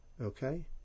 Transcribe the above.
okay